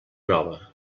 nova